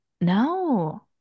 No